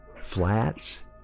flats